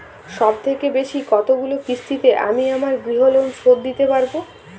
সবথেকে বেশী কতগুলো কিস্তিতে আমি আমার গৃহলোন শোধ দিতে পারব?